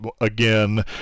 again